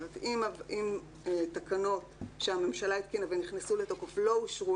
אם תקנות שהממשלה התקינה ונכנסו לתוקף לא אושרו,